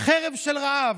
חרב של רעב.